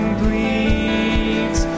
bleeds